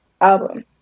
Album